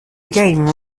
game